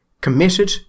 committed